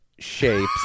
shapes